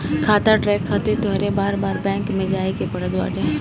खाता ट्रैक खातिर तोहके बार बार बैंक ना जाए के पड़त बाटे